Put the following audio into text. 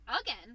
again